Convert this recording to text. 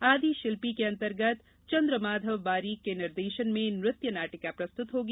आदि शिल्पी के अंतर्गत चन्द्रमाधव बारीक के निर्देशन में नृत्य नाटिका प्रस्तुत होगी